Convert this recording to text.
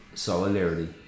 solidarity